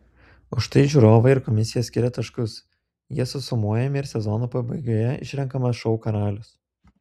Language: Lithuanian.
už tai žiūrovai ir komisija skiria taškus jie sumojami ir sezono pabaigoje išrenkamas šou karalius